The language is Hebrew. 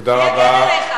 תודה רבה.